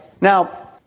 Now